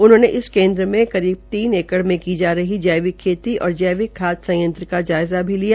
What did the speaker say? उन्होंने इस केन्द्र में करीब तीन एकड़ की जा रही जैविक खेती और जैविक खाद संयंत्र का जायज़ा भी लिया